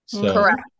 correct